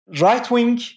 right-wing